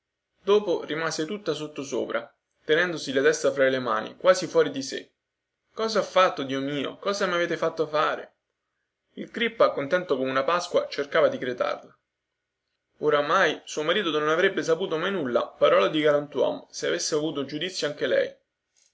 dopo rimase tutta sottosopra tenendosi la testa fra le mani quasi fuori di sè cosa ho fatto dio mio cosa mavete fatto fare il crippa contento come una pasqua cercava di chetarla ormai suo marito non ne avrebbe saputo mai nulla parola di galantuomo se avesse avuto giudizio anche lei